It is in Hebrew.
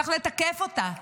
צריך לתקף אותה,